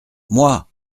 moi